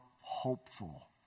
hopeful